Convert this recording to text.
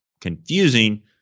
confusing